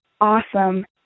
awesome